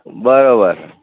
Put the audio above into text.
बरं बरं